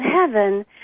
heaven